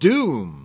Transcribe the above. Doom